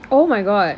oh my god